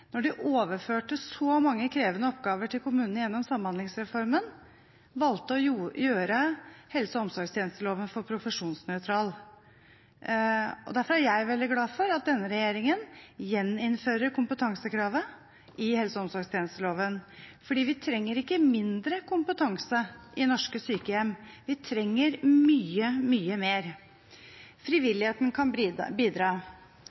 når de overførte så mange krevende oppgaver til kommunene gjennom Samhandlingsreformen – valgte å gjøre helse- og omsorgstjenesteloven profesjonsnøytral. Derfor er jeg veldig glad for at denne regjeringen gjeninnfører kompetansekravet i helse- og omsorgstjenesteloven – for vi trenger ikke mindre kompetanse, vi trenger mye, mye mer. Frivilligheten kan bidra.